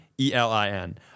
E-L-I-N